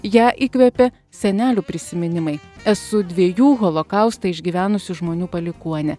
ją įkvėpė senelių prisiminimai esu dviejų holokaustą išgyvenusių žmonių palikuonė